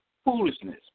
Foolishness